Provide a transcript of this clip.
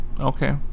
Okay